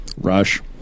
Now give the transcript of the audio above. Rush